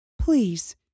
please